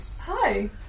Hi